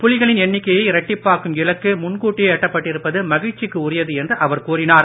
புலிகளின் எண்ணிக்கையை இரட்டிப்பாக்கும் இலக்கு முன் கூட்டியே எட்டப்பட்டிருப்பது மகிழ்ச்சிக்கு உரியது என்று அவர் கூறினார்